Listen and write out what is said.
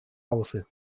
hause